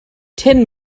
ten